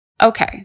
Okay